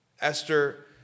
Esther